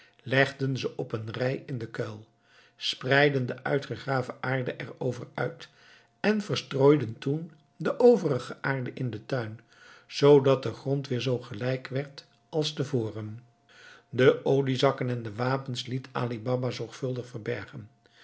legden ze op een rij in den kuil spreidden de uitgegraven aarde er over uit en verstrooiden toen de overige aarde in den tuin zoodat de grond weer zoo gelijk werd als te voren de oliezakken en de wapens liet ali baba zorgvuldig verbergen